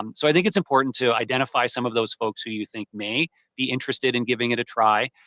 um so, i think it's important to identify some of those folks who you think may be interested in giving it a try.